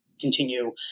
continue